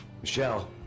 Michelle